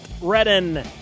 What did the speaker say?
Redden